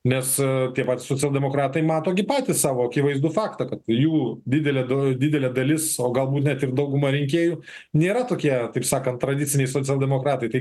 nes tie patys socialdemokratai mato gi patys savo akivaizdų faktą kad jų didelė didelė dalis o galbūt net ir dauguma rinkėjų nėra tokie kaip sakant tradiciniai socialdemokratai tai